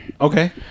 Okay